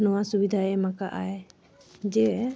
ᱱᱚᱣᱟ ᱥᱩᱵᱤᱫᱟᱭ ᱮᱢ ᱠᱟᱜ ᱟᱭ ᱡᱮ